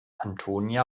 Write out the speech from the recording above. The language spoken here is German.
antonia